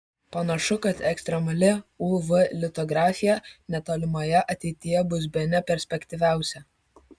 panašu kad ekstremali uv litografija netolimoje ateityje bus bene perspektyviausia